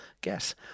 guess